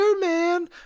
Man